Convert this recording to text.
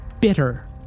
bitter